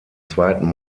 zweiten